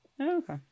okay